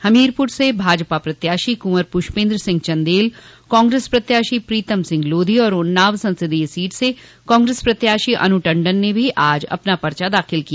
हमीरपुर से भाजपा प्रत्याशी कुंवर पुष्पन्द्र सिंह चंदेल कांग्रेस प्रत्याशी प्रीतम सिंह लोधी और उन्नाव संसदीय सीट से कांग्रेस प्रत्याशी अनु टण्डन ने भी आज अपना पर्चा दाखिल किया